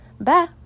Bye